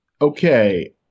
Okay